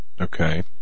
okay